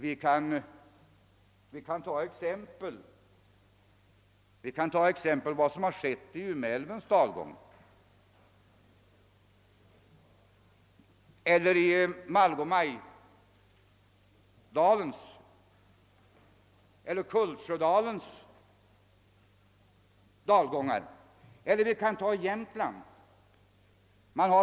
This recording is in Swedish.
Vi kan ta som exempel vad som skett i Umeälvens dalgång eller Malgomajdalens eller Kultsjödalens dalgångar eller vi kan ta Jämtland.